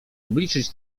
obliczyć